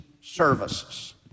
services